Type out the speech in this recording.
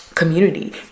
community